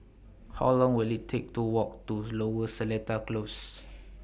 How Long Will IT Take to Walk to Lower Seletar Close